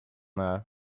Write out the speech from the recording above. her